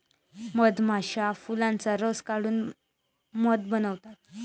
मधमाश्या फुलांचा रस काढून मध बनवतात